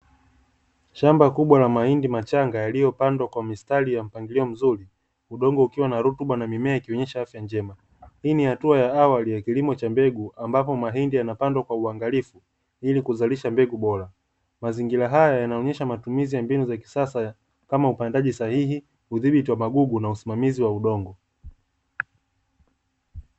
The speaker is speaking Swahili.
Shamba kubwa la mahindi machanga yaliyopandwa kwa mistari ya mpangilio mzuri, udongo ukiwa na rutuba na mimea ikionyesha afya njema hii ni hatua ya awali ya kilimo cha mbegu ambapo mahindi yanapandwa kwa uangalifu ili kuzalisha mbegu bora. Mazingira haya yanaonyesha matumizi ya mbinu za kisasa kama upandaji sahihi, udhibiti wa magugu, na usimamizi wa udongo.